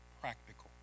practical